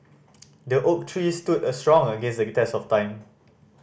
the oak tree stood a strong against the test of time